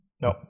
No